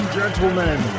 gentlemen